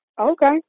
Okay